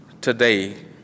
today